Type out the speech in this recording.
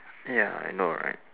ya I know right